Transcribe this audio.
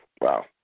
Wow